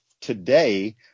today